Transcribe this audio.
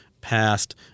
passed